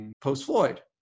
post-Floyd